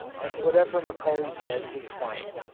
and whatever macaulay said was final.